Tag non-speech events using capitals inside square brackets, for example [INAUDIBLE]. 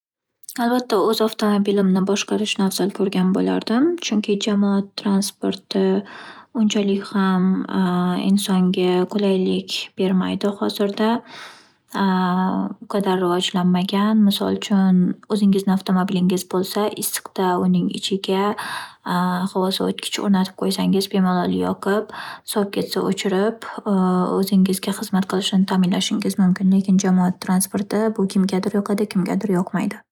Akbatta o'z avtomobilimni boshqarishni afzal ko'rgan bo'lardim. Chunki jamoat transporti unchalik ham insonga qulaylik bermaydi hozirda [HESITATION] u qadar rivojlanmagan. Misol uchun, o'zingizni avtomobilingiz bo'lsa, issiqda uning ichiga [HESITATION] havo sovutgich o'rnatib qo'ysangiz bemalol yoqib, sovib ketsa o'chirib [HESITATION] o'zingizga xizmat qilishini ta'minlashingiz mumkin lekin jamoat transporti bu kimgadir yoqadi, kimgadir yoqmaydi.